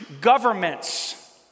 governments